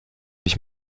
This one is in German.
mich